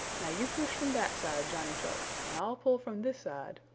now you push from that side, johnny chuck, and i'll pull from this side,